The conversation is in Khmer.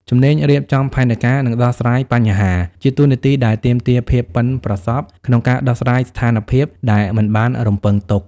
ជំនាញរៀបចំផែនការ និងដោះស្រាយបញ្ហា ជាតួនាទីដែលទាមទារភាពប៉ិនប្រសប់ក្នុងការដោះស្រាយស្ថានភាពដែលមិនបានរំពឹងទុក។